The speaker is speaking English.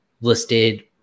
listed